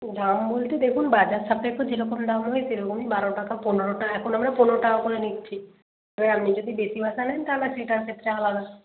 দাম বলতে দেখুন বাজার সাপেক্ষ যেরকম দাম হবে সেরকমই বারো টাকা পনেরোটা এখন আমরা পনেরো টাকা করে নিচ্ছি এবার আপনি যদি বেশি মাত্রায় নেন তাহলে সেটার ক্ষেত্রে আলাদা আলাদা